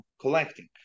collecting